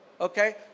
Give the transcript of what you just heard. okay